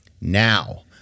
Now